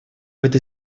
этой